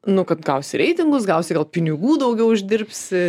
nu kad gausi reitingus gausi gal pinigų daugiau uždirbsi